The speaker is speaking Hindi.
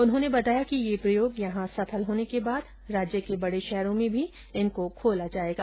उन्होंने बताया कि ये प्रयोग यहां सफल होने के बाद राज्य के बड़े शहरों में भी इनको खोला जाएगा